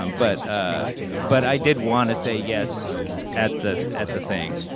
um but ah but i did want to say yes at the at the thing